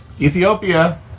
Ethiopia